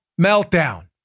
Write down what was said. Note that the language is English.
meltdown